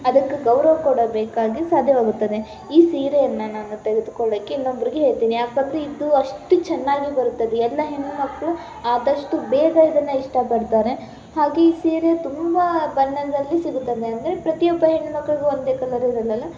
ಅದಕ್ಕೆ ಗೌರವ ಕೊಡಬೇಕಾಗಿ ಸಾಧ್ಯವಾಗುತ್ತದೆ ಈ ಸೀರೆಯನ್ನು ನಾನು ತೆಗೆದುಕೊಳ್ಳೋಕೆ ಇನ್ನೊಬ್ಬರಿಗೆ ಹೇಳ್ತೀನಿ ಏಕಂದ್ರೆ ಇದು ಅಷ್ಟು ಚೆನ್ನಾಗಿ ಬರುತ್ತದೆ ಎಲ್ಲ ಹೆಣ್ಣು ಮಕ್ಕಳು ಆದಷ್ಟು ಬೇಗ ಇದನ್ನು ಇಷ್ಟಪಡ್ತಾರೆ ಹಾಗೇ ಈ ಸೀರೆ ತುಂಬ ಬಣ್ಣದಲ್ಲಿ ಸಿಗುತ್ತದೆ ಅಂದರೆ ಪ್ರತಿಯೊಬ್ಬ ಹೆಣ್ಣು ಮಕ್ಳಿಗೂ ಒಂದೇ ಕಲರ್ ಇರೋಲ್ಲ ಅಲ್ವಾ